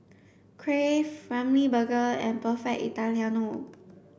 Crave Ramly Burger and Perfect Italiano